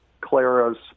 Clara's